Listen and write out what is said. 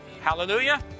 Hallelujah